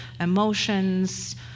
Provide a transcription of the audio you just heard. emotions